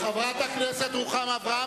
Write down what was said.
חברת הכנסת רוחמה אברהם,